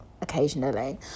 occasionally